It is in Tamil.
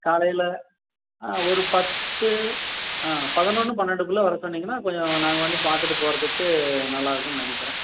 காலையில் ஆ ஒரு பத்து ஆ பதினொன்று பன்னெண்டுக்குள்ளே வர சொன்னிங்கன்னா கொஞ்சம் நாங்கள் வந்து பார்த்துட்டு போகறதுக்கு நல்லா இருக்குன்னு நினைக்கிறேன்